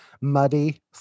muddy